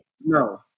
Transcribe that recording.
No